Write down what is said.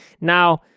Now